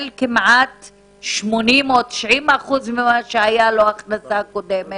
כמעט 80% או 90% ממה שהיה לו כהכנסה קודמת.